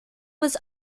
was